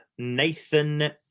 Nathan